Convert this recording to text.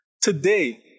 Today